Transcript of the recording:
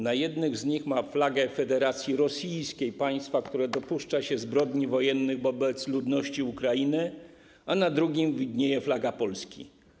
Na jednym z nich ma ona flagę Federacji Rosyjskiej, państwa, które dopuszcza się zbrodni wojennych wobec ludności Ukrainy, a na drugim - flagę Polski.